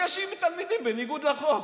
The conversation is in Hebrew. להיפגש עם תלמידים בניגוד לחוק.